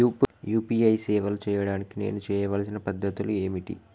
UPI సేవలు చేయడానికి నేను చేయవలసిన పద్ధతులు ఏమిటి?